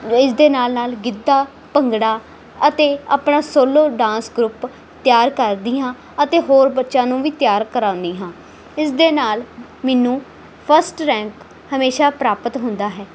ਇਸਦੇ ਨਾਲ ਨਾਲ ਗਿੱਧਾ ਭੰਗੜਾ ਅਤੇ ਆਪਣਾ ਸੋਲੋ ਡਾਂਸ ਗਰੁੱਪ ਤਿਆਰ ਕਰਦੀ ਹਾਂ ਅਤੇ ਹੋਰ ਬੱਚਿਆਂ ਨੂੰ ਵੀ ਤਿਆਰ ਕਰਵਾਉਂਦੀ ਹਾਂ ਇਸਦੇ ਨਾਲ ਮੈਨੂੰ ਫਸਟ ਰੈਂਕ ਹਮੇਸ਼ਾ ਪ੍ਰਾਪਤ ਹੁੰਦਾ ਹੈ